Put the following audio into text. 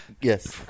yes